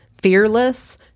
fearless